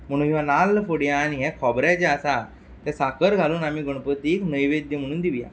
म्हणून हो नाल्ल फोडया आनी हें खोबरें जें आसा तें साखर घालून आमी गणपतीक नैवेद्य म्हणून दिवया